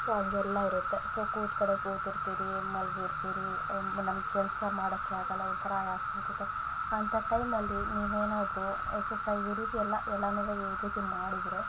so ಹಂಗೆಲ್ಲ ಇರುತ್ತೆ so ಕೂತಕಡೆ ಕೂತಿರ್ತೀರಿ ಮಲಗಿರ್ತೀರಿ ನಮ್ಮ ಕೆಲಸ ಮಾಡಕ್ಕೆ ಆಗಲ್ಲ ಒಂಥರ ಆಯಾಸ ಆಗುತ್ತೆ ಅಂಥ ಟೈಮಲ್ಲಿ ನೀವೇನಾದರು ಎಕ್ಸಸೈಜ್ ರೀತಿಯೆಲ್ಲ ಎಲ್ಲನು ಈ ರೀತಿ ಮಾಡಿದರೆ